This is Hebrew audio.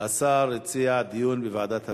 השר הציע דיון בוועדת הפנים.